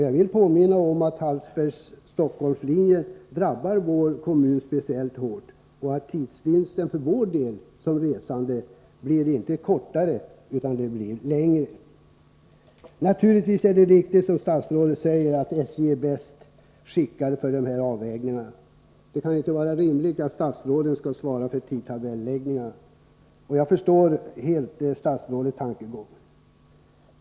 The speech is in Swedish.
Jag vill påminna om att förändringarna på linjen Hallsberg-Stockholm drabbar vår kommun speciellt hårt och att restiden för oss inte blir kortare nu utan längre. Naturligtvis är det riktigt som statsrådet säger, att SJ är bäst skickat att göra de här avvägningarna. Det kan ju inte vara rimligt att statsrådet skall svara för tidtabellsläggningarna. Jag förstår helt statsrådets tankegång.